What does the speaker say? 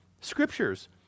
scriptures